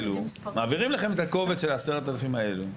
מעבירים לכם את הקובץ של ה-10,000 האלו.